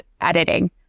editing